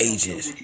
Agents